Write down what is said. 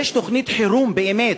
יש תוכנית חירום באמת,